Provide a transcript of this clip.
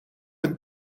een